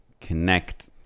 connect